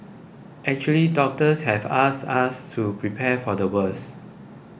actually doctors have asked us to prepare for the worst